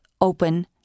open